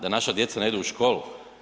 Da naša djeca ne idu u školu?